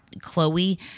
Chloe